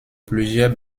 plusieurs